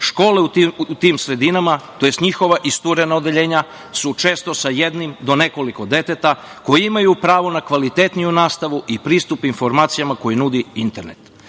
u tim sredinama, tj. njihova isturena odeljenja su često sa jednim do nekoliko dece koji imaju pravo na kvalitetniju nastavu i pristup informacijama koje nudi internet. Podrška